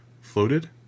floated